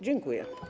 Dziękuję.